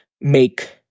make